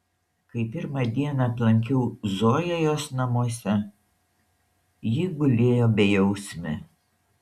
kai pirmą dieną aplankiau zoją jos namuose ji gulėjo bejausmė